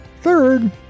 Third